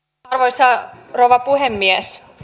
arvoisa rouva puhemies